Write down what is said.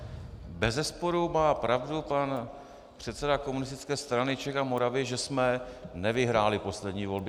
Bezesporu má pravdu pan předseda Komunistické strany Čech a Moravy, že jsme nevyhráli poslední volby.